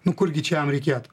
nu kur gi čia jam reikėtų